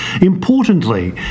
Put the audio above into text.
Importantly